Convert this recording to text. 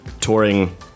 touring